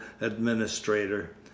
administrator